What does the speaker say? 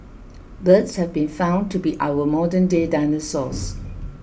birds have been found to be our modernday dinosaurs